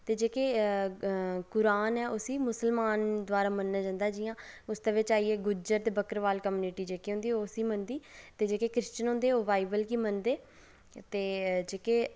ते जेह्का कुरान ऐ उसी मुसलमानें द्वारा मन्नेआ जंदा ऐ जि'यां उसदे बिच्च आई गे गुज्जर बकरबॉल कम्युनिटी जेह्की होंदी ओह् उसी मनदी जेह्के क्रिश्चियन वाईबल गी मनदे ते जेह्के